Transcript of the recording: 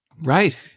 right